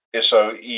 SOE